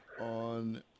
on